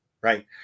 right